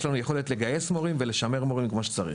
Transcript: לנו יכולת לגייס מורים ושלמר מורים כמו שצריך.